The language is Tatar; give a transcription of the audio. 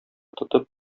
тотып